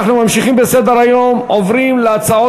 אנחנו ממשיכים בסדר-היום ועוברים להצעה